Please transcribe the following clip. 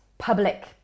Public